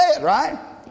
right